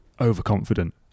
overconfident